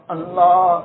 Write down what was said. Allah